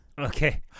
Okay